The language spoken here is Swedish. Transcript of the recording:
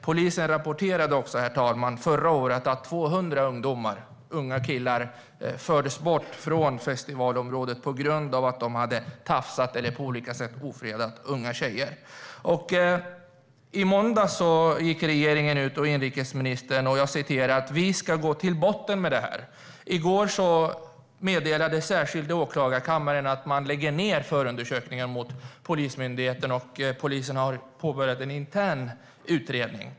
Polisen rapporterade också förra året, herr talman, att 200 ungdomar - unga killar - fördes bort från festivalområdet på grund av att de hade tafsat på eller på andra sätt ofredat unga tjejer. I måndags gick regeringen och inrikesministern ut och sa: Vi ska gå till botten med det här. I går meddelade särskilda åklagarkammaren att man lägger ned förundersökningen mot Polismyndigheten, och polisen har påbörjat en intern utredning.